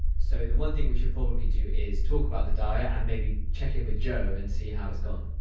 so the one thing we should probably do is talk about the diet and maybe check in with jo and see how it's gone.